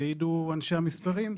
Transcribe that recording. ויעידו אנשי המספרים,